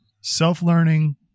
self-learning